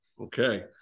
Okay